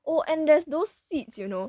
oh and there's those sweets you know